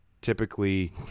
typically